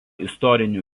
istorinių